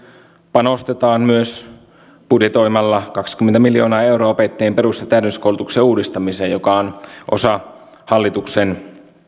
panostetaan myös budjetoimalla kaksikymmentä miljoonaa euroa opettajien perus ja täydennyskoulutuksen uudistamiseen joka on osa hallituksen